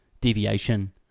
deviation